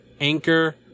Anchor